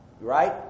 right